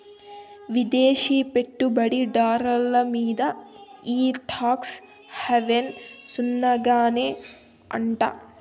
విదేశీ పెట్టుబడి దార్ల మీంద ఈ టాక్స్ హావెన్ సున్ననే అంట